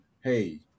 hey